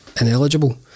ineligible